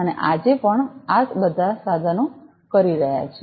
અને આ જે પણ આ બધા સાધનો કરી રહ્યા છે